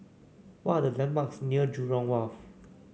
what are the landmarks near Jurong Wharf